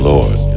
Lord